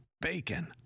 bacon